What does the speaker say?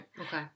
okay